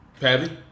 patty